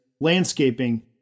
landscaping